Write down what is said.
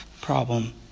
problem